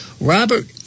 Robert